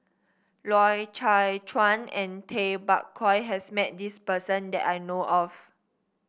Loy Chye Chuan and Tay Bak Koi has met this person that I know of